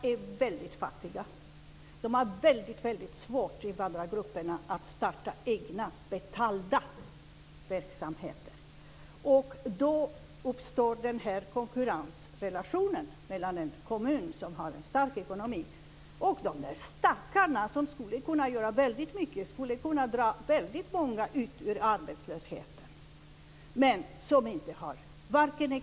Fru talman! Invandrarorganisationerna är väldigt fattiga. Invandrargrupperna har väldigt svårt att starta egna betalda verksamheter. Då uppstår denna konkurrensrelation mellan en kommun som har en stark ekonomi och de stackare som skulle kunna göra väldigt mycket och dra väldigt många ut ur arbetslösheten, men som inte har ekonomi för det.